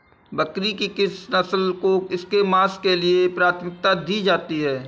बकरी की किस नस्ल को इसके मांस के लिए प्राथमिकता दी जाती है?